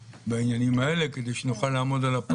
בעניינים האלה כדי שנוכל לעמוד על הפער.